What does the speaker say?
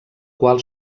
qual